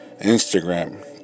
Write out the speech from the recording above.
Instagram